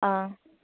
ꯑꯥ